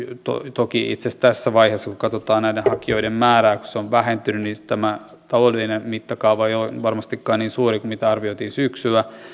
toki itse asiassa tässä vaiheessa kun katsotaan näiden hakijoiden määrää kun se on vähentynyt tämä taloudellinen mittakaava ei ole varmastikaan niin suuri kuin mitä arvioitiin syksyllä mutta